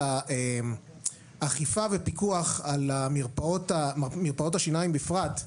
האכיפה ופיקוח על מרפאות השיניים בפרט.